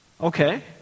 Okay